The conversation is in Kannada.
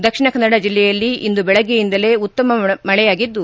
ದಕ್ಷಿಣ ಕನ್ನಡ ಜಿಲ್ಲೆಯಲ್ಲಿ ಇಂದು ಬೆಳಗ್ಗೆಯಿಂದಲೇ ಉತ್ತಮ ಮಳೆಯಾಗಿದ್ದು